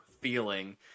feeling